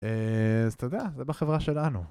אז אתה יודע, זה בחברה שלנו.